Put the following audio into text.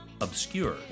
obscure